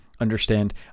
Understand